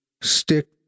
stick